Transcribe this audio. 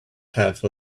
half